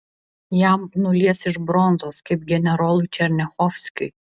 jam nulies iš bronzos kaip generolui černiachovskiui